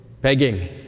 begging